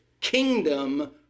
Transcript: kingdom